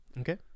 okay